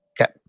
Okay